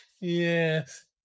Yes